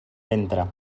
ventre